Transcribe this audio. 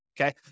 okay